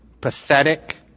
pathetic